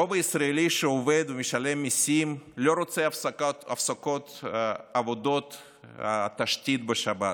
הרוב הישראלי שעובד ומשלם מיסים לא רוצה הפסקת עבודות תשתית בשבת,